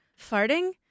Farting